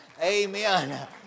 Amen